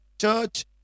church